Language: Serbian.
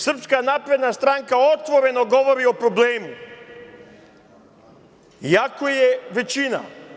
Srpska napredna stranka otvoreno govori o problemu iako je većina.